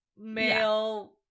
male